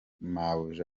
mabuja